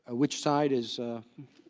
which side is